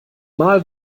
mal